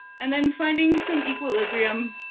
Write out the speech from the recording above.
and then finding some equilibrium